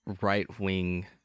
right-wing